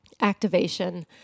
activation